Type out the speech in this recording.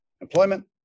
employment